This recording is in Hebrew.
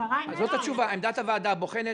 זו התשובה: עמדת הוועדה הבוחנת,